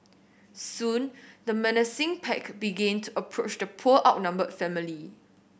soon the menacing pack began to approach the poor outnumbered family